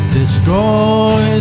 destroy